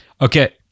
Okay